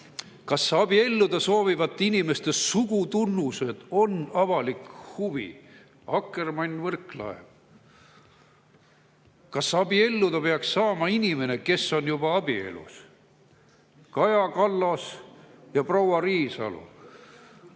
Kas abielluda soovivate inimeste sugutunnused on avalik huvi? – Akkermann, Võrklaev. Kas abielluda peaks saama inimene, kes on juba abielus? – Kaja Kallas ja proua